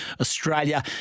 Australia